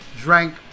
drank